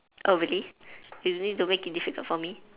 oh really you need to make it difficult for me